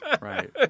Right